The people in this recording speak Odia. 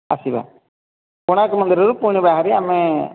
ଆସିବା କୋଣାର୍କ ମନ୍ଦିରରୁ ପୁଣି ବାହାରି ଆମେ